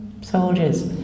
soldiers